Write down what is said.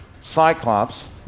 Cyclops